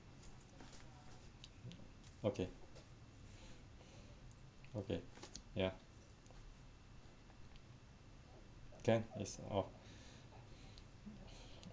okay okay ya can is oh